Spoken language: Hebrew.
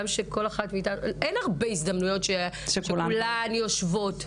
אין הרבה הזדמנויות שכולן יושבות.